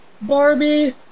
Barbie